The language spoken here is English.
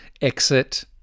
exit